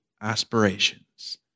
aspirations